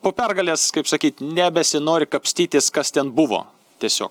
po pergalės kaip sakyt nebesinori kapstytis kas ten buvo tiesiog